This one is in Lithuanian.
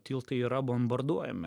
tiltai yra bombarduojami